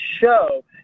show